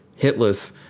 hitless